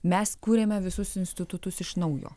mes kūrėme visus institutus iš naujo